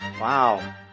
Wow